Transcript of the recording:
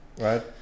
right